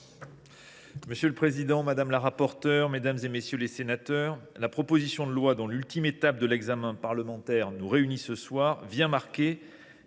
Monsieur le président, madame la rapporteure, mesdames, messieurs les sénateurs, la proposition de loi dont l’ultime étape de l’examen parlementaire nous réunit ce soir marque